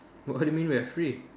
what you mean we are free